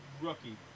rookie